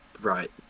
right